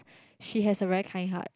she has a very kind heart